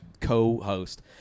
co-host